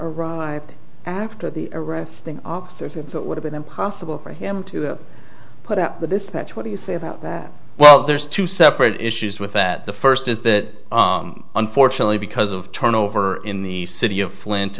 arrived after the arresting officers it would have been impossible for him to put up with this that what do you say about well there's two separate issues with that the first is that unfortunately because of turnover in the city of flint